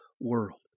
world